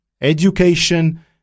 education